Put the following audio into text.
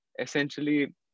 essentially